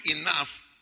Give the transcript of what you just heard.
enough